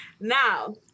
Now